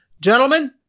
gentlemen